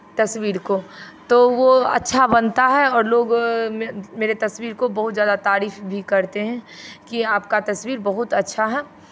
तस्वीर को तो वो अच्छा बनता है और लोग मेरे तस्वीर को बहुत ज़्यादा तारीफ़ भी करते हैं कि आपका तस्वीर बहुत अच्छा है